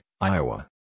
Iowa